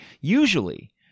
Usually